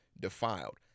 defiled